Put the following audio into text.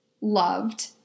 loved